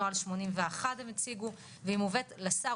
נוהל 81 הם הציגו והיא מובאת לשר,